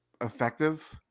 effective